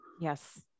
yes